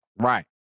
Right